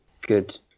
good